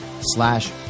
slash